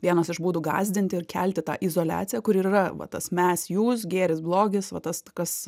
vienas iš būdų gąsdinti ir kelti tą izoliaciją kur ir yra va tas mes jūs gėris blogis va tas kas